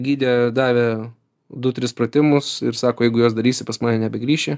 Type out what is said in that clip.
gydė davė du tris pratimus ir sako jeigu juos darysi pas mane nebegrįši